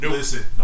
Listen